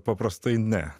paprastai ne